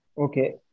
Okay